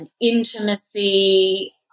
intimacy